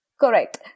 correct